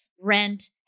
rent